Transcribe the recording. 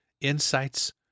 Insights